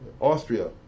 Austria